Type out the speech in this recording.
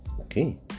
okay